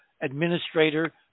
administrator